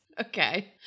Okay